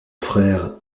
frère